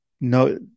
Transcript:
no